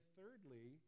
thirdly